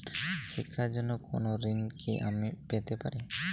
শিক্ষার জন্য কোনো ঋণ কি আমি পেতে পারি?